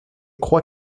crois